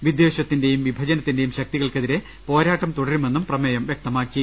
വിദ്വേഷത്തിന്റെയും വിഭജനത്തിന്റെയും ശക്തികൾക്കെതിരെ പോരാട്ടം തുടരുമെന്നും പ്രമേയം വൃക്തമാക്കി